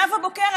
נאוה בוקר,